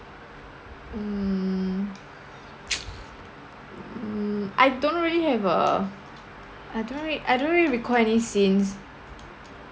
mm mm I don't really have a I don't really I don't really recall any scenes